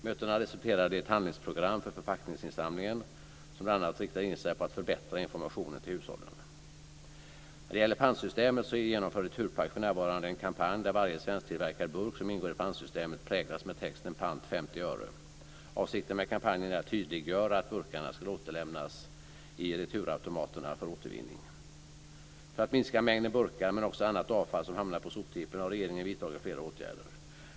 Mötena resulterade i ett handlingsprogram från Förpackningsinsamlingen, som bl.a. riktar in sig på att förbättra informationen till hushållen. När det gäller pantsystemet genomför Returpack för närvarande en kampanj där varje svensktillverkad burk som ingår i pantsystemet präglas med texten "pant 50 öre". Avsikten med kampanjen är att tydliggöra att burkarna ska återlämnas i returautomaterna för återvinning. För att minska mängden burkar men också annat avfall som hamnar på soptippen har regeringen vidtagit flera åtgärder.